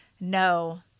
no